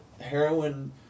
heroin